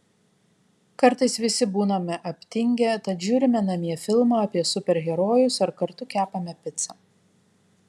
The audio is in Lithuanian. kartais visi būname aptingę tad žiūrime namie filmą apie super herojus ar kartu kepame picą